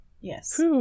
Yes